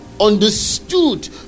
understood